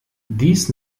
dies